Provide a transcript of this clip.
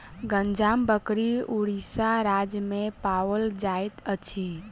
गंजाम बकरी उड़ीसा राज्य में पाओल जाइत अछि